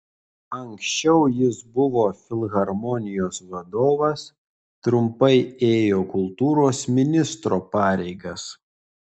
anksčiau jis buvo filharmonijos vadovas trumpai ėjo kultūros ministro pareigas